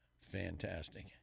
fantastic